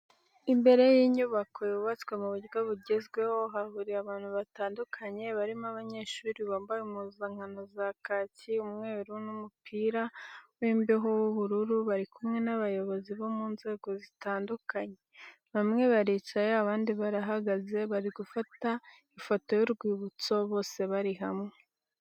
Imbere y'inyubako yubatswe mu buryo bugezweho hahuriye abantu batandukanye barimo abanyeshuri bambaye impuzankano za kaki, umweru n'umupira w'imbeho w'ubururu bari kumwe n'abayobozi bo mu nzego zitandukanye bamwe baricaye abandi barahagaze bari gufata ifoto y'urwibutso bose bari hamwe.